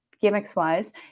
gimmicks-wise